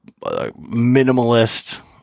minimalist